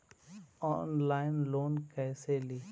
Online loan कैसे ली?